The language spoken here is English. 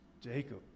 Jacob